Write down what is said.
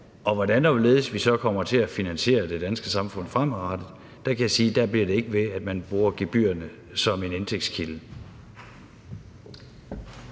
og hvorledes vi så kommer til at finansiere det danske samfund fremadrettet, kan jeg sige, at det ikke bliver, ved at man bruger gebyrerne som en indtægtskilde.